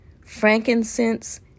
frankincense